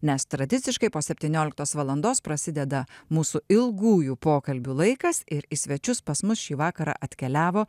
nes tradiciškai po septynioliktos valandos prasideda mūsų ilgųjų pokalbių laikas ir į svečius pas mus šį vakarą atkeliavo